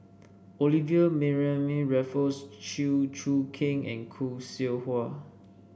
Olivia Mariamne Raffles Chew Choo Keng and Khoo Seow Hwa